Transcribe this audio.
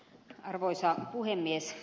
arvoisa puhemies